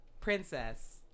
princess